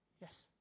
Yes